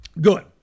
Good